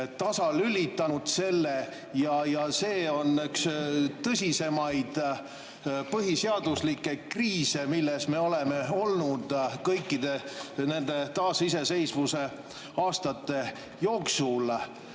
tasalülitanud selle. Ja see on üks tõsisemaid põhiseaduslikke kriise, milles me oleme olnud kõikide nende taasiseseisvuse aastate jooksul.